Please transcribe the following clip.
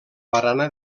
barana